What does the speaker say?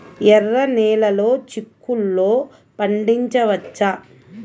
ఎర్ర నెలలో చిక్కుల్లో పండించవచ్చా?